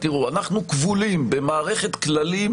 אנחנו כבולים במערכת כללים,